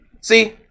See